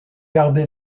gardé